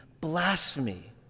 blasphemy